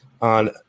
on